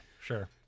sure